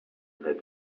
had